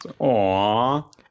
Aww